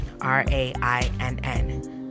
R-A-I-N-N